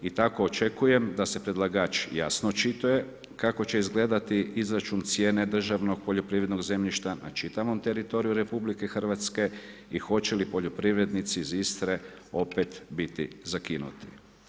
I tako očekujem da se predlagač jasno očituje kako će izgledati izračun cijene državnog poljoprivrednog zemljišta na čitavom teritoriju RH i hoće li poljoprivrednici iz Istre opet biti zakinuti.